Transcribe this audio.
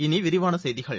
இனி விரிவான செய்திகள்